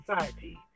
society